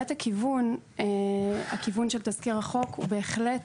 הכיוון של תזכיר החוק הוא בהחלט